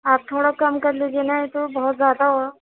آپ تھوڑا کم کر لیجیے نہ یہ تو بہت زیادہ ہُوا